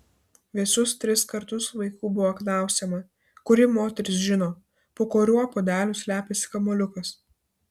visus tris kartus vaikų buvo klausiama kuri moteris žino po kuriuo puodeliu slepiasi kamuoliukas